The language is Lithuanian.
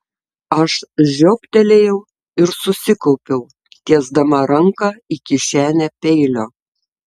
aš žioptelėjau ir susikaupiau tiesdama ranką į kišenę peilio